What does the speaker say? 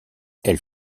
elle